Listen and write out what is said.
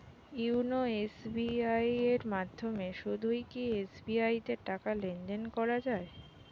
YONO SBI এর মাধ্যমে শুধুই কি এস.বি.আই তে টাকা লেনদেন করা যায়?